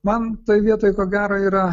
man toj vietoj ko gero yra